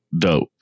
dope